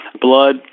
blood